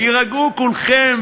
הירגעו כולכם,